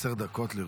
עשר דקות לרשותך.